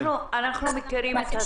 אנחנו מכירים את הסיבות.